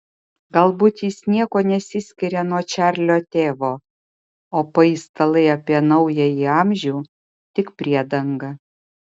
galbūt jis niekuo nesiskiria nuo čarlio tėvo o paistalai apie naująjį amžių tik priedanga